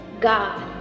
God